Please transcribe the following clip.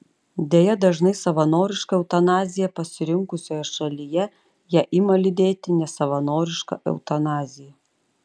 deja dažnai savanorišką eutanaziją pasirinkusioje šalyje ją ima lydėti nesavanoriška eutanazija